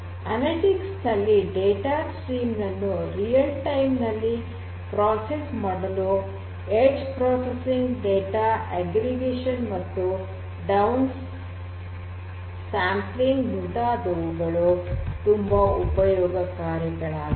analytics ನಲ್ಲಿ data stream ನನ್ನು ನೈಜ ಸಮಯದಲ್ಲಿ ಪ್ರಸ್ತಾಪನೆ ಮಾಡಲು ಎಡ್ಜ್ ಪ್ರೊಸೆಸಿಂಗ್ ಡೇಟಾ ಅಗ್ರಿಗೇಷನ್ ಮತ್ತು ಡೌನ್ ಸ್ಯಾಂಪ್ಲಿಂಗ್ ಮುಂತಾದುವುಗಳು ತುಂಬ ಉಪಯೋಗಕಾರಿಯಾಗಿವೆ